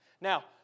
Now